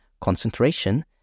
concentration